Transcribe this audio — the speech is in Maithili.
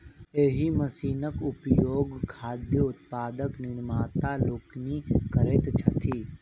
एहि मशीनक उपयोग खाद्य उत्पादक निर्माता लोकनि करैत छथि